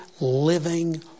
living